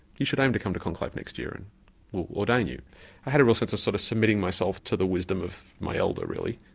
you should aim to come to conclave next year and we'll ordain you. i had a real sense of sort of submitting myself to the wisdom of my elder really.